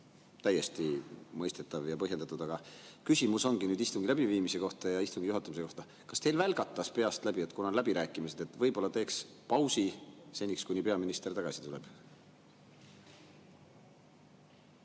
täiesti mõistetav ja põhjendatud. Aga küsimus ongi istungi läbiviimise ja istungi juhatamise kohta. Kas teil välgatas peast läbi, et kuna on läbirääkimised, siis võib-olla teeks pausi, kuni peaminister tagasi tuleb?